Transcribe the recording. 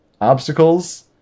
obstacles